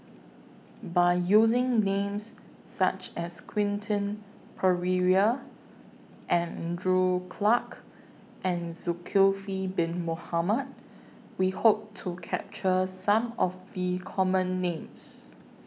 By using Names such as Quentin Pereira Andrew Clarke and Zulkifli Bin Mohamed We Hope to capture Some of The Common Names